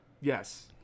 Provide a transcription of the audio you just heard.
Yes